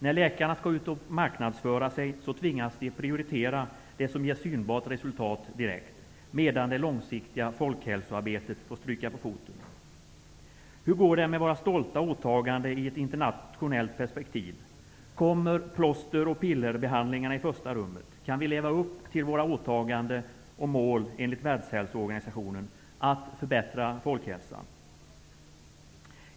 När läkarna skall ut och marknadsföra sig tvingas de prioritera det som ger synbart resultat direkt, medan det långsiktiga folkhälsoarbetet får stryka på foten. Hur går det med våra stolta åtaganden i ett internationellt perspektiv? Kommer plåster och pillerbehandlingarna i första rummet? Kan vi leva upp till våra åtaganden gentemot WHO när det gäller att förbättra folkhälsan?